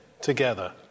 together